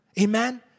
Amen